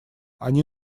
они